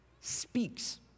speaks